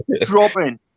dropping